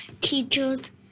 teachers